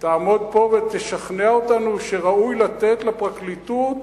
תעמוד פה ותשכנע אותנו שראוי לתת לפרקליטות